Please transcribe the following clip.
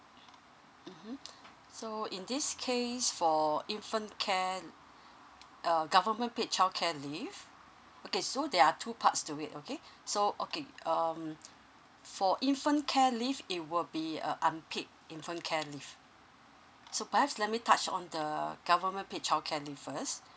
mmhmm so in this case for infant care uh government paid childcare leave okay so there are two parts to it okay so okay um for infant care leave it will be a unpaid infant care leave so perhaps let me touch on the government paid childcare leave first